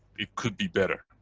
it could be better,